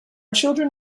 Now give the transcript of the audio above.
children